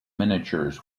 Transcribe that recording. miniatures